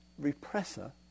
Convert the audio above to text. repressor